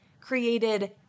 created